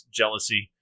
jealousy